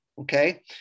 okay